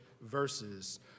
verses